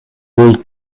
golf